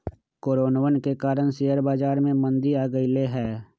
कोरोनवन के कारण शेयर बाजार में मंदी आ गईले है